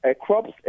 crops